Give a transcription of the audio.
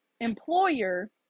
employer